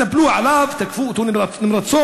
התנפלו עליו, תקפו אותו נמרצות,